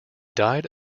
died